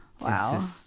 Wow